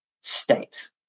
state